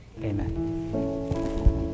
Amen